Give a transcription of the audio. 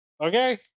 Okay